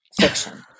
fiction